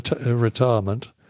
retirement